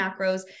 macros